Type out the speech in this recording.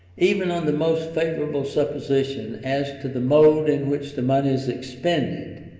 even on the most favourable supposition as to the mode in which the money is expended,